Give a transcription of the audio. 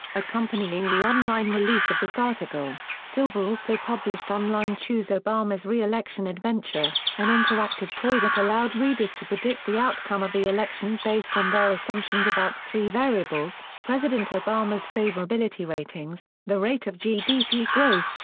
accompanying the online release of this article, silver also published online choose obama's re-election adventure, an interactive toy that allowed readers to predict the outcome of the election based on their assumptions about three variables president obama's favorability ratings, the rate of gdp growth,